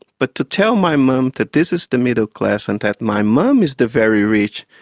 but to tell my mum that this is the middle class and that my mum is the very rich,